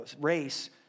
race